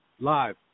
live